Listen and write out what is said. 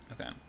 Okay